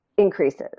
Increases